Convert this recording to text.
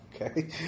Okay